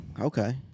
okay